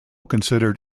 considered